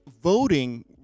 voting